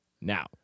Now-